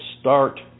start